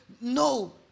No